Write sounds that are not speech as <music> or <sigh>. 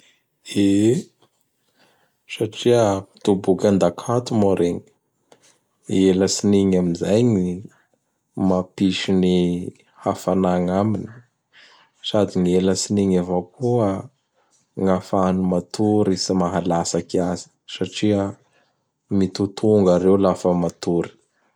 E! Satria toboky an-dakato moa iregny. I elatsiny igny amin'izay gny mampisy gny hafana agnaminy sady gn'i elatsiny igny avao koa gny ahafahany matory tsy mahalatsaky azy satria mitotongara ireo lafa matory. <noise>